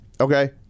Okay